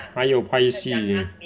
还没有拍戏 leh